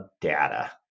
data